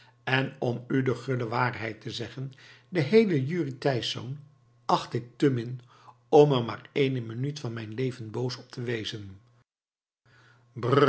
en om u de gulle waarheid te zeggen de heele jurrie thijsz acht ik te min om er maar ééne minuut van mijn leven boos op te wezen